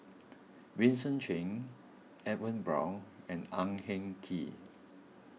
Vincent Cheng Edwin Brown and Ang Hin Kee